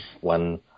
one